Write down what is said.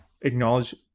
acknowledge